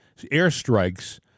airstrikes